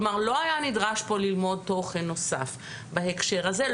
כלומר, לא היה נדרש פה ללמוד תוכן נוסף בהקשר הזה.